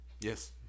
Yes